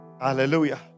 Hallelujah